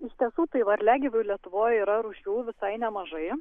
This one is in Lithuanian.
iš tiesų tai varliagyvių lietuvoj yra rūšių visai nemažai